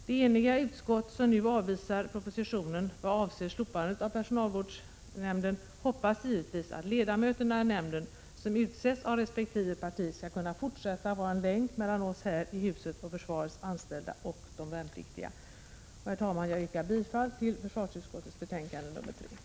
Det eniga utskott som nu avvisar propositionen vad avser slopandet av personalvårdsnämnden hoppas givetvis att ledamöterna i nämnden som utsetts av resp. parti skall kunna fortsätta att vara en länk mellan oss i detta hus, försvarets anställda och de värnpliktiga. Herr talman! Jag yrkar bifall till hemställan i försvarsutskottets betänkande nr 3.